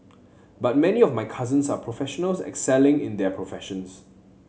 but many of my cousins are professionals excelling in their professions